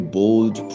bold